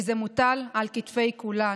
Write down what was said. וזה מוטל על כתפי כולנו,